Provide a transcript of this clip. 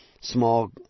small